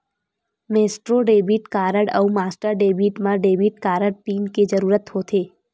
Maestro debit card अउ master debit म debit card pin के जरूरत होथे